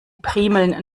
primeln